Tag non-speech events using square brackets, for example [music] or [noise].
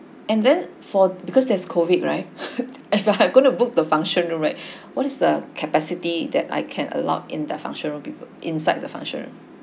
and then for because there's COVID right [laughs] I'm gonna book the function room right what is the capacity that I can allowed in the function room people inside the function room